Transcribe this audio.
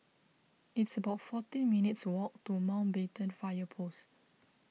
it's about fourteen minutes' walk to Mountbatten Fire Post